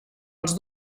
els